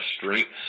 strengths